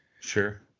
Sure